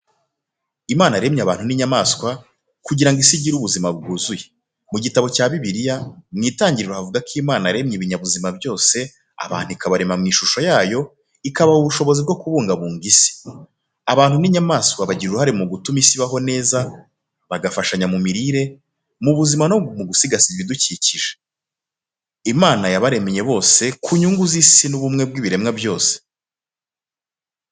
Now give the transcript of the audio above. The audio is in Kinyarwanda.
Imana yaremye abantu n’inyamaswa, kugira ngo isi igire ubuzima bwuzuye. Mu gitabo cya Bibiliya, mu Itangiriro havuga uko Imana yaremye ibinyabuzima byose, abantu ikabarema mu ishusho yayo, ikabaha ubushobozi bwo kubungabunga isi. Abantu n’inyamaswa bagira uruhare mu gutuma isi ibaho neza, bagafashanya mu mirire, mu buzima no mu gusigasira ibidukikije. Imana yabaremye bose ku nyungu z’isi n’ubumwe bw'ibiremwa byose.